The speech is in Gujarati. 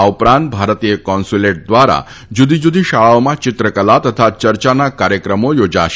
આ ઉપરાંત ભારતીય કોન્સ્યુલેટ દ્વારા જુદી જુદી શાળાઓમાં ચિત્રકલા તથા ચર્ચાના કાર્યક્રમો યોજાશે